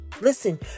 Listen